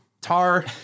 Tar